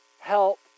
help